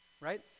right